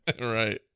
Right